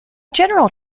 general